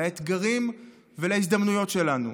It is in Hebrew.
לאתגרים ולהזדמנויות שלנו,